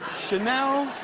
chanel,